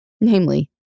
namely